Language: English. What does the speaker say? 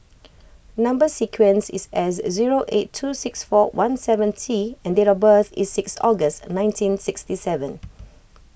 Number Sequence is S zero eight two six four one seven T and date of birth is six August nineteen sixty seven